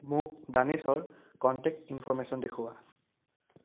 মোক ডানিছৰ contact information দেখুওৱা